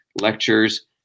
lectures